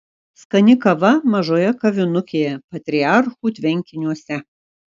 skani kava mažoje kavinukėje patriarchų tvenkiniuose